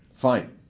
fine